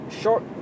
short